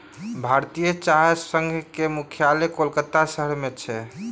भारतीय चाह संघक मुख्यालय कोलकाता शहर में अछि